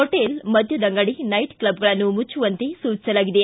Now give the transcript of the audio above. hotel ಮದ್ದದಂಗಡಿ night ಕ್ಲಬ್ಗಳನ್ನು ಮುಚ್ಚುವಂತೆ ಸೂಚಿಸಲಾಗಿದೆ